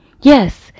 yes